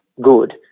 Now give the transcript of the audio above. Good